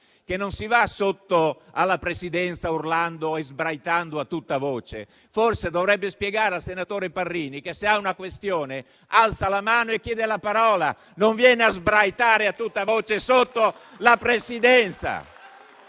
che non si va sotto al banco della Presidenza a urlare e sbraitare a tutta voce; forse dovrebbe spiegare al senatore Parrini che, se ha una questione, alza la mano e chiede la parola; non viene a sbraitare a tutta voce sotto la Presidenza.